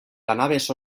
lanabes